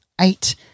eight